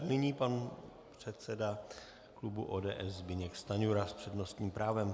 Nyní pan předseda klubu ODS Zbyněk Stanjura s přednostním právem.